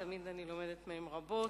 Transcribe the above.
תמיד אני לומדת מהם רבות.